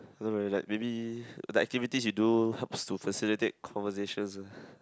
I don't know like maybe like activities you do helps to facilitate conversations ah